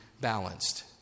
balanced